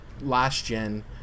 last-gen